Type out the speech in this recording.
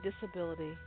disability